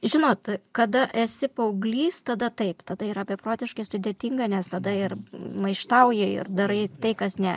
žinot kada esi paauglys tada taip tada yra beprotiškai sudėtinga nes tada ir maištauji ir darai tai kas ne